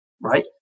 right